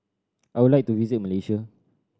I would like to visit Malaysia